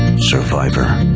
survivor,